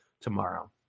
tomorrow